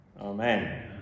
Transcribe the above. amen